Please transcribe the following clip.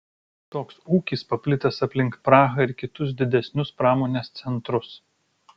toks ūkis paplitęs aplink prahą ir kitus didesnius pramonės centrus